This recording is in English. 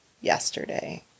yesterday